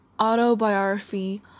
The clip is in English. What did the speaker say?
autobiography